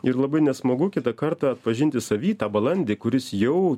ir labai nesmagu kitą kartą atpažinti savy tą balandį kuris jau